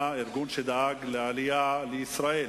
האם היא עשתה את זה כהלכה?